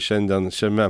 šiandien šiame